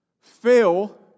fail